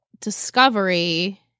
Discovery